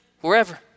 wherever